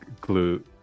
glue